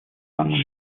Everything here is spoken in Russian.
самым